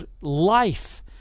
life